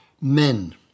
men